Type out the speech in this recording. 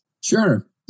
Sure